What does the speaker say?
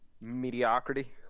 mediocrity